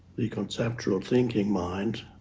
the conceptual thinking mind.